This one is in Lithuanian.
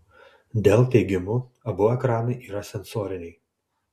dell teigimu abu ekranai yra sensoriniai